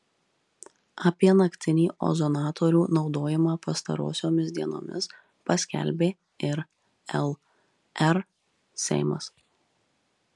apie naktinį ozonatorių naudojimą pastarosiomis dienomis paskelbė ir lr seimas